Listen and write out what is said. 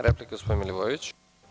Replika, gospodin Milivojević.